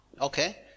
Okay